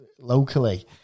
locally